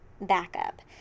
backup